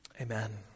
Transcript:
Amen